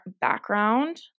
background